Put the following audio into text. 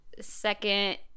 second